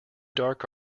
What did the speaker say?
dark